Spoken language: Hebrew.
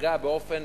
שפגע באופן